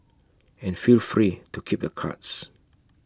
and feel free to keep the cards